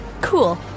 cool